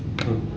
!huh!